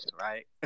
right